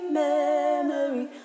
memory